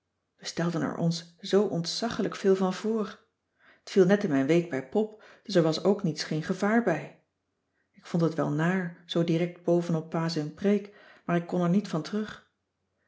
stelden er ons zoo ontzaggelijk veel van voor t viel net in mijn week bij pop dus er was ook niets geen gevaar bij ik vond het wel naar zoo direct boven op pa zijn preek maar ik kon er niet van terug